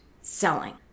selling